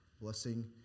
Blessing